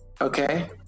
Okay